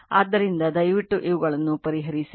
ಆದ್ದರಿಂದ ದಯವಿಟ್ಟು ಇವುಗಳನ್ನು ಪರಿಹರಿಸಿ